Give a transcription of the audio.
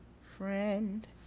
friend